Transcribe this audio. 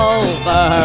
over